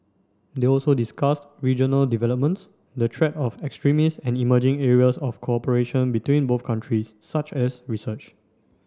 they also discussed regional developments the threat of extremist and emerging areas of cooperation between both countries such as research